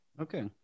Okay